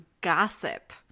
gossip